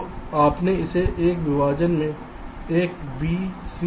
तो आपने इसे एक विभाजन में एक b c e लिखा है